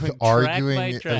arguing